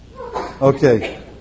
Okay